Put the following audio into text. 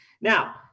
Now